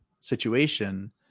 situation